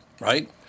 right